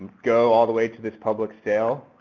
go all the way to this public sale,